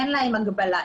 אין להן הגבלה.